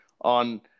on